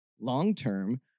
long-term